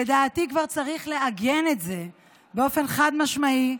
לדעתי כבר צריך לעגן את זה באופן חד-משמעי.